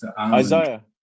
Isaiah